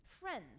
Friends